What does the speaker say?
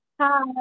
hi